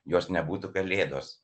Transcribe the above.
jos nebūtų kalėdos